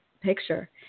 picture